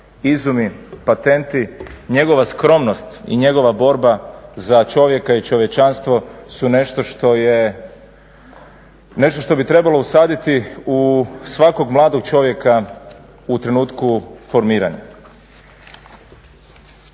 izumi, patenti, njegova skromnost i njegova borba za čovjeka i čovječanstvo su nešto što bi trebalo usaditi u svakog mladog čovjeka u trenutku formiranja.